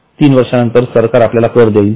तीन वर्षानंतर सरकार आपल्याला कर देईल का